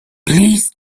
please